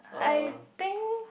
I think